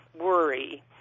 worry